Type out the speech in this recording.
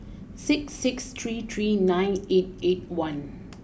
six six three three nine eight eight one